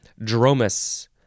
dromus